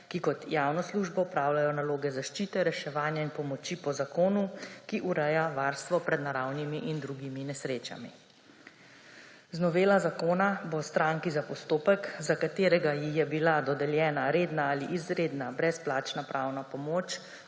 ki kot javno službo opravljajo naloge zaščite, reševanja in pomoči po zakonu, ki ureja varstvo pred naravnimi in drugimi nesrečami. Z novelo zakona bo stranki za postopek, za katerega ji je bila dodeljena redna ali izredna brezplačna pravna pomoč,